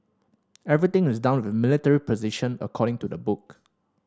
everything is done with military precision according to the book